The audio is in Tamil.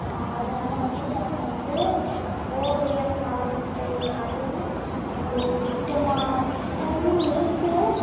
அதனால வந்து எனக்கு வந்து ஓவியம் அவற்றை அடைய எனக்கு ஒரு திட்டமாக திட்டம் இருக்குது